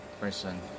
person